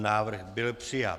Návrh byl přijat.